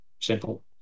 Simple